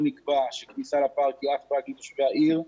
נקבע שכניסה לפארק היא אך ורק לתושבי העיר,